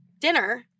dinner